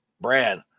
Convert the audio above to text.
Brad